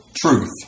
truth